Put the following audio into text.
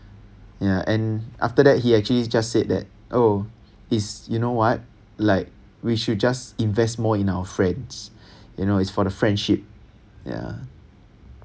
ya and after that he actually just said that oh he's you know what like we should just invest more in our friends you know it's for the friendship ya